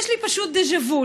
יש לי פשוט דז'ה וו.